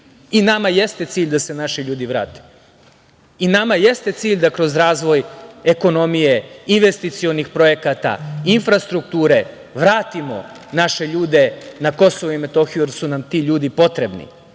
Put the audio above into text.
jeste cilj da se naši ljudi vrate i nama jeste cilj da kroz razvoj ekonomije, investicionih projekata, infrastrukture, vratimo naše ljude na Kosovo i Metohiju, jer su nam ti ljudi potrebni